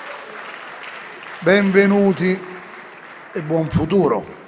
una nuova finestra").